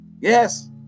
Yes